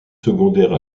secondaires